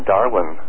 Darwin